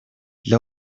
для